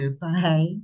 Bye